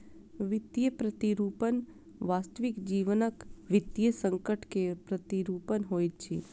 वित्तीय प्रतिरूपण वास्तविक जीवनक वित्तीय संकट के प्रतिरूपण होइत अछि